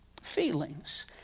Feelings